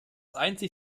einzig